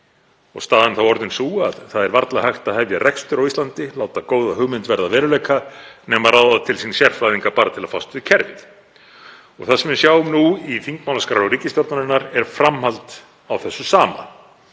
Staðan er þá orðin sú að það er varla hægt að hefja rekstur á Íslandi, láta góða hugmynd verða að veruleika, nema ráða til sín sérfræðinga bara til að fást við kerfið. Það sem við sjáum nú í þingmálaskrá ríkisstjórnarinnar er framhald á þessu sama;